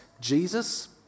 Jesus